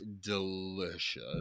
delicious